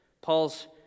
Paul's